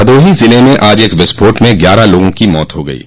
भदोही जिले में आज एक विस्फोट में ग्यारह लोगों की मौत हो गई है